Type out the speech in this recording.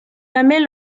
jamais